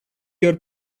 your